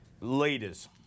leaders